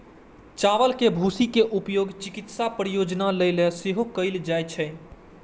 चावल के भूसी के उपयोग चिकित्सा प्रयोजन लेल सेहो कैल जाइ छै